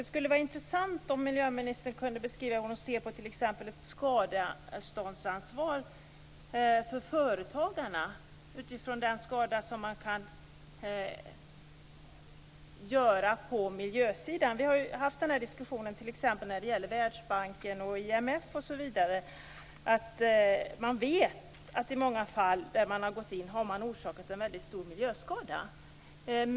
Det skulle vara intressant om miljöministern kunde beskriva hur hon ser på t.ex. ett skadeståndsansvar för företagarna utifrån den skada som de kan göra på miljösidan. Vi har ju fört den diskussionen t.ex. när det gäller Världsbanken, IMF osv. Vi vet nämligen att de i många fall har orsakat en väldigt stor miljöskada.